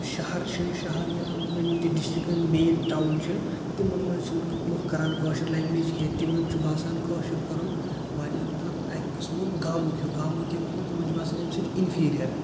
شَہَر چھُ شَہَر یا مَطلَب یِم تہِ ڈِشٹِکَن مین ٹاوُن چھ تِمن منٛز چھنہٕ لُکھ کَران کٲشر لنٛگویج کیٚنٛہہ تِمن چھُ باسان کٲشُر کَرُن واریاہ مَطلَب اکۍ قٕسمُک گامُک ہِیوٗ گامُک کیا مطلب تِمن چھُ باسان امہِ سۭتۍ اِنفیٖریَر